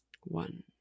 One